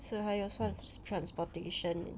是还有算 transportation